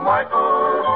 Michael